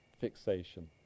fixation